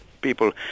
people